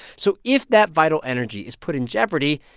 so if that vital energy is put in jeopardy,